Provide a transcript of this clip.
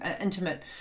intimate